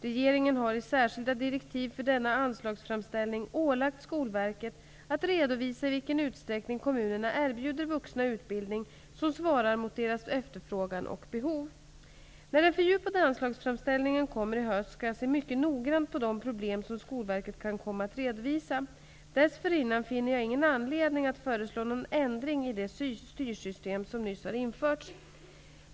Regeringen har i särskilda direktiv för denna anslagsframställning ålagt Skolverket att redovisa i vilken utsträckning kommunerna erbjuder vuxna utbildning, som svarar mot deras efterfrågan och behov. När den fördjupade anslagsframställningen kommer i höst, skall jag se mycket noggrant på de problem som Skolverket kan komma att redovisa. Dessförinnan finner jag ingen anledning att föreslå någon ändring i det styrsystem som nyss har införts.